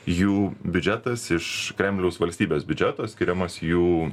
jų biudžetas iš kremliaus valstybės biudžeto skiriamas jų